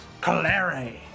Calare